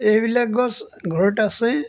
এইবিলাক গছ ঘৰত আছে